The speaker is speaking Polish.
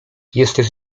jesteś